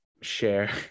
share